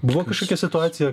buvo kažkokia situacija